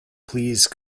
please